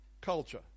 Culture